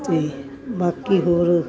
ਅਤੇ ਬਾਕੀ ਹੋਰ